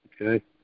okay